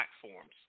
platforms